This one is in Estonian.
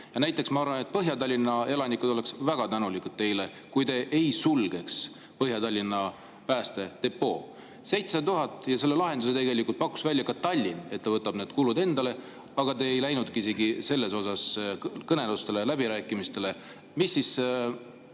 näiteks, et Põhja-Tallinna elanikud oleksid väga tänulikud teile, kui te ei sulgeks Põhja-Tallinna päästedepood. 700 000 [eurot], ja lahenduse tegelikult pakkus välja Tallinn, et ta võtab need kulud enda kanda. Aga te ei läinud selle üle isegi kõnelustele, läbirääkimistele. Mis siis